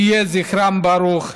יהי זכרם ברוך.